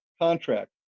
Contract